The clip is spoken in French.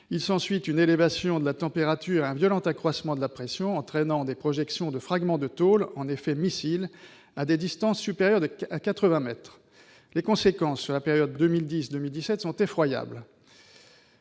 Il s'ensuit une élévation de la température et un violent accroissement de la pression, entraînant des projections de fragments de tôle en effets missiles à des distances supérieures à 80 mètres. Les conséquences sur la période 2010-2017 sont effroyables